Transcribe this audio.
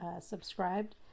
subscribed